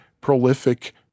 prolific